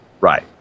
Right